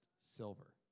silver